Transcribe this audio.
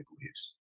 believes